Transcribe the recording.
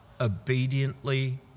obediently